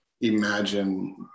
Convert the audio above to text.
imagine